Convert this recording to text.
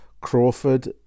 Crawford